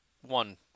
one